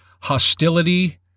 hostility